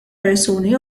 persuni